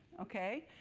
okay?